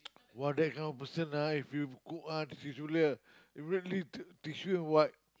!wah! that kind of person ah if you cook ah did you really take tissue and wipe